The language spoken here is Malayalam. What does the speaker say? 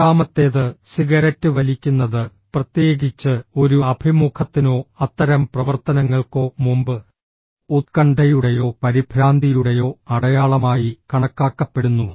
എട്ടാമത്തേത് സിഗരറ്റ് വലിക്കുന്നത് പ്രത്യേകിച്ച് ഒരു അഭിമുഖത്തിനോ അത്തരം പ്രവർത്തനങ്ങൾക്കോ മുമ്പ് ഉത്കണ്ഠയുടെയോ പരിഭ്രാന്തിയുടെയോ അടയാളമായി കണക്കാക്കപ്പെടുന്നു